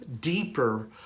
deeper